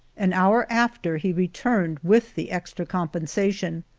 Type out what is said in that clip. an hour after, he returned with the extra compensation.